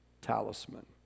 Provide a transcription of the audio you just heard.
talisman